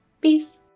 Peace